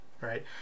right